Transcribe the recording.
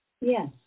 Yes